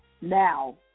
Now